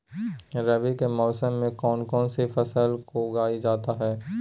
रवि के मौसम में कौन कौन सी फसल को उगाई जाता है?